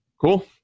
cool